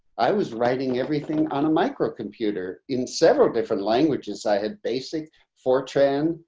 i was writing everything on a micro computer in several different languages. i had basic fortran,